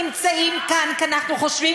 אנחנו נמצאים כאן כי אנחנו חושבים